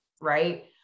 right